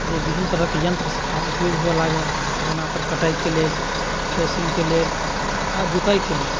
जे विभिन्न तरहके यन्त्रके आब उपयोग हुअ लागल जेना ओकर कटाइके लेल थ्रेसिंगके लेल आ जोताइके लेल